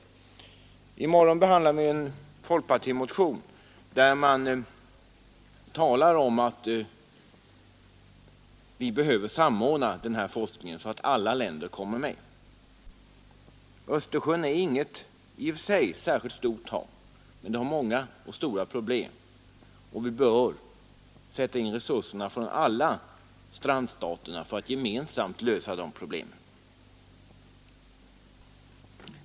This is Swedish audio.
I morgon behandlar vi en folkpartimotion, där det framhålls att denna forskning behöver samordnas så att alla länder kommer med. Östersjön är inget i och för sig särskilt stort hav, men problemen är många och stora, och alla strandstater bör sätta in resurser för att gemensamt lösa dessa problem.